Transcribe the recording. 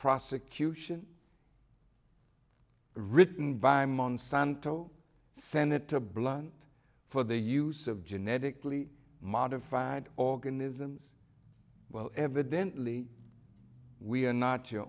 prosecution written by monsanto senator blunt for the use of genetically modified organisms well evidently we are not your